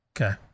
Okay